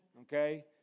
okay